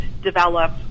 develop